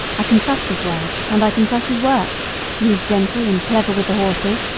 i can trust his word and i can trust his work he is gentle and clever with the horses,